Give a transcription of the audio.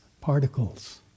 particles